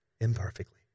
imperfectly